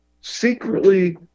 secretly